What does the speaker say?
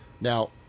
Now